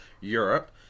Europe